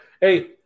Hey